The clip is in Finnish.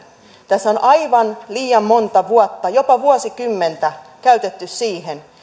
tässä on aivan liian monta vuotta jopa vuosikymmentä käytetty siihen